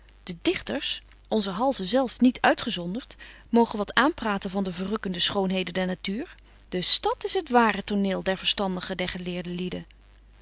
de dichters onze halzen zelf niet uitgezondert mogen wat aanpraten van de verrukkende schoonheden der natuur de stad is het ware toneel der verstandige der geleerde lieden